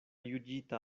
juĝita